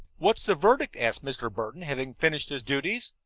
what's the verdict? asked mr. burton, having finished his duties.